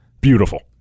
Beautiful